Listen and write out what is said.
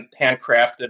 handcrafted